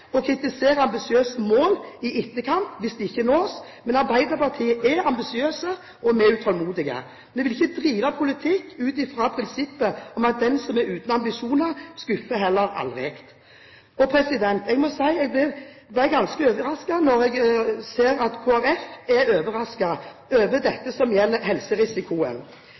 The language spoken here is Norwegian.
å kritisere ambisiøse mål i etterkant hvis de ikke nås, men vi i Arbeiderpartiet er ambisiøse og utålmodige. Vi vil ikke drive politikk ut fra det prinsipp at den som er uten ambisjoner, skuffer heller aldri. Jeg må si jeg ble ganske overrasket da jeg så at Kristelig Folkeparti var overrasket over det som gjelder helserisikoen.